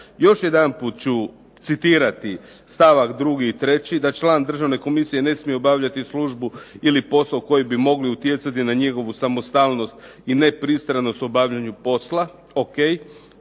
Još jedanput ću citirati stavak 2. i 3. da član državne komisije ne smije obavljati službu ili posao koji bi mogli utjecati na njegovu samostalnost i nepristranost u obavljanju posla.